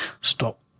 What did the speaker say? stop